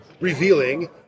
revealing